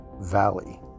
Valley